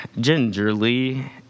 gingerly